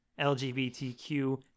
LGBTQ